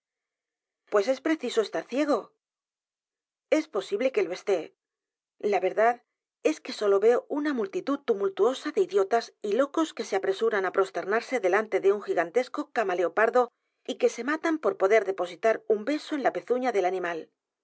pues es preciso estar ciego es posible que lo esté la verdad es que sólo veo una multitud tumultuosa de idiotas y locos que se apresuran á prosternarse delante de un gigantesco camaleopardo y que se matan por poder depositar un beso en la pezuña del animal